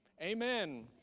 Amen